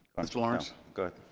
mr. lawrence? go